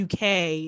UK